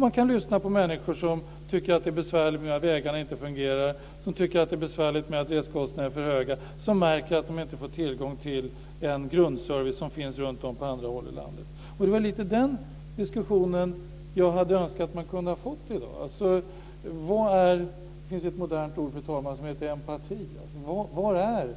Man kan lyssna på människor som tycker att det är besvärligt med att vägar inte fungerar och med att resekostnaderna är för höga och som märker att de inte får tillgång till en grundservice som finns på andra håll i landet. Det var den diskussionen jag hade önskat att vi kunde ha fått i dag. Det finns ett modernt ord, fru talman, som heter empati. Var är